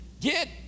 Get